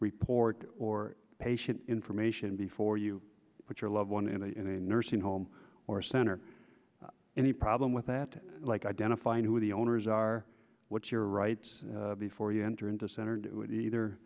report or patient information before you put your loved one in a nursing home or center any problem with that like identifying who the owners are what's your rights before you enter into center do it either